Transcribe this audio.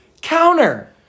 Counter